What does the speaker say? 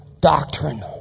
doctrine